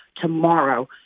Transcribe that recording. tomorrow